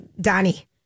Donnie